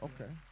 Okay